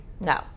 No